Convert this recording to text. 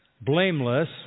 blameless